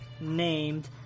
named